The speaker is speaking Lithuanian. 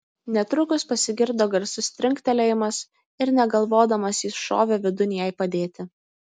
netrukus pasigirdo garsus trinktelėjimas ir negalvodamas jis šovė vidun jai padėti